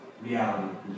reality